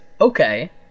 okay